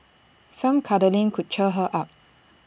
some cuddling could cheer her up